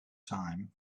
time